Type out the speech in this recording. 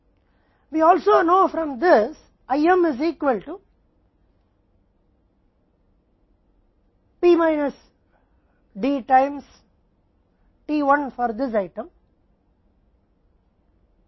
हम यह भी जानते हैं कि इसमें से IM बराबर है P D टाइम्स t1 इस आइटम के लिए और यह बराबर है D t2 आइटम के लिए है